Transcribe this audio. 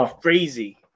crazy